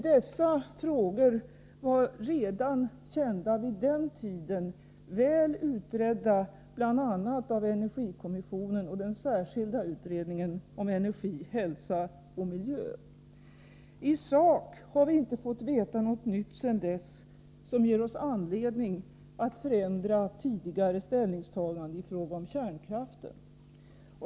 Dessa frågor var kända redan vid den tiden, väl utredda bl.a. av energikommissionen och den särskilda utredningen om energi, hälsa och miljö. I sak har vi inte fått veta något nytt sedan dess som ger oss anledning att förändra tidigare ställningstaganden i fråga om kärnkraften.